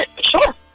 sure